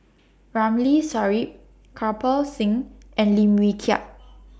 Ramli Sarip Kirpal Singh and Lim Wee Kiak